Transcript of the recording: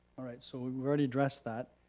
all right so we already addressed that.